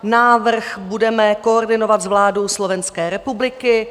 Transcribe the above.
Návrh budeme koordinovat s vládou Slovenské republiky.